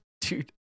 Dude